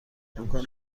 امکان